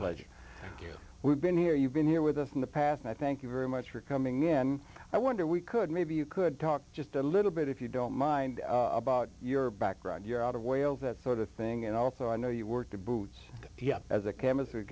pleasure we've been here you've been here with us in the past and i thank you very much for coming in i wonder we could maybe you could talk just a little bit if you don't mind about your background your out of wales that sort of thing and also i know you work to boots as a chemist